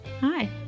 Hi